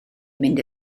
mynd